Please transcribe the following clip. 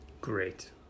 great